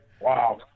Wow